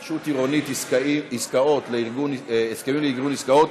התחדשות עירונית (הסכמים לארגון עסקאות),